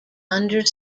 under